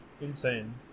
Insane